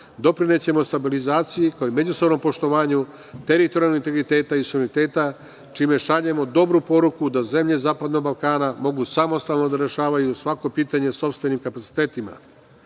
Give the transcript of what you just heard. doprinećemo stabilizaciji, kao i međusobnom poštovanju teritorijalnog integriteta i suvereniteta, čime šaljemo dobru poruku da zemlje zapadnog Balkana mogu samostalno da rešavaju svako pitanje sopstvenim kapacitetima. Usvajanjem